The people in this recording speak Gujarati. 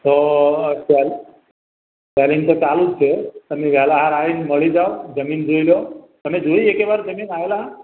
તો પ્લાનિંગ તો ચાલું જ છે તમે વેળાસર આવીને મળી જાવ જમીન જોઈ લો તમે જોઈ એકેય વાર જમીન આવેલા